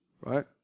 right